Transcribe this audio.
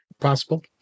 possible